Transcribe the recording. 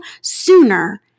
sooner